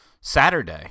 Saturday